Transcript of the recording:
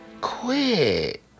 quit